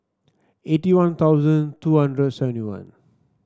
eighty One Thousand two hundred seventy one